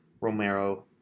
Romero